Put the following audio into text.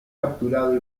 capturado